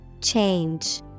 Change